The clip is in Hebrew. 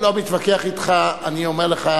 אני לא מתווכח אתך, לא מתווכח אתך, אני אומר לך: